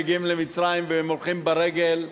מגיעים למצרים והם הולכים ברגל,